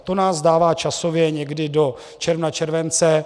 To nás dává časově někdy do června, července.